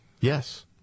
Yes